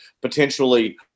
potentially